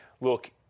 Look